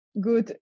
good